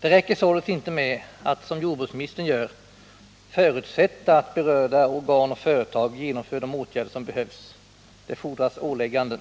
Det räcker således inte med att, som jordbruksministern gör, förutsätta att berörda organ och företag genomför de åtgärder som behövs — det fordras ålägganden.